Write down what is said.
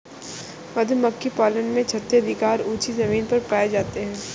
मधुमक्खी पालन में छत्ते अधिकतर ऊँची जमीन पर पाए जाते हैं